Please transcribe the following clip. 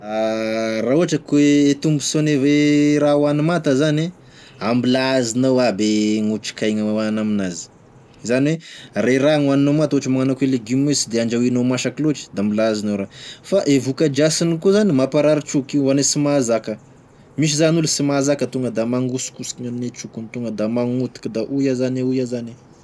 Raha ohatry ka oe tombonsoane e raha hoany mata zane, ah mbilà azonao aby gn'otrikaigny oa- gn'aminazy, zany oe re raha gn'oaninao mata ohatry magnano akô e legioma io sy de andrahoinao masaky lôtry da mbola azonao ra- fa e vokadrasiny koa zany maparary troky io ho ane sy mahazaka, misy zany olo sy mahazaka tonga da mangosokosoky gn'ame trokiny tonga da magnotika da oy ah zane oy ah zane.